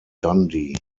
dundee